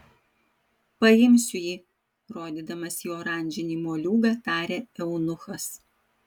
paimsiu jį rodydamas į oranžinį moliūgą tarė eunuchas